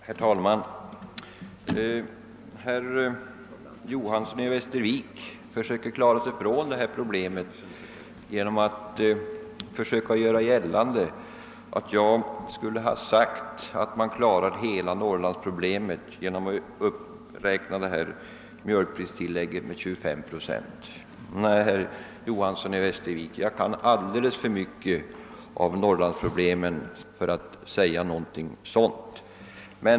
Herr talman! Herr Johanson i Västervik försöker klara sig från detta problem genom att göra gällande att jag skulle ha sagt att man kunde klara hela Norrlandsproblemet genom att räkna upp mjölkpristillägget med 25 procent. Nej, herr Johanson i Västervik, jag vet alldeles för mycket om Norr landsproblemen för att påstå något sådant.